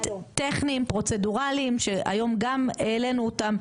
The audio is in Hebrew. טכניים פרוצדורליים שהיום גם העלנו אותם,